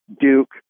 Duke